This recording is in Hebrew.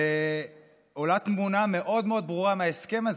ועולה תמונה מאוד ברורה מההסכם הזה.